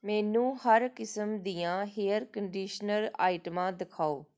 ਮੈਨੂੰ ਹਰ ਕਿਸਮ ਦੀਆਂ ਹੇਅਰ ਕੰਡੀਸ਼ਨਰ ਆਈਟਮਾਂ ਦਿਖਾਓ